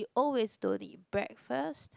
you always don't eat breakfast